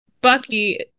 Bucky